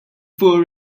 for